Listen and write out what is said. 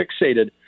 fixated